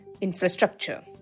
infrastructure